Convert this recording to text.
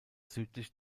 südlich